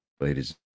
Ladies